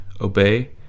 obey